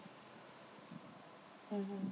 mmhmm